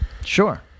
Sure